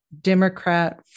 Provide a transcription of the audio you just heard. Democrat